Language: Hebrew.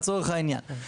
לצורך העניין.